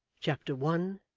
chapter one.